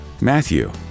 Matthew